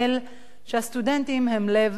שהסטודנטים הם לב לבה.